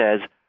says